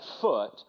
foot